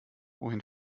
wohin